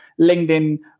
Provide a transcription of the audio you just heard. LinkedIn